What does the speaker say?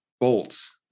bolts